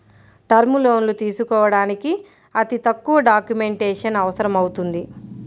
term లోన్లు తీసుకోడానికి అతి తక్కువ డాక్యుమెంటేషన్ అవసరమవుతుంది